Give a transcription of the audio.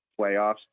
playoffs